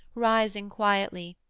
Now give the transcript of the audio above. rising quietly,